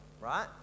right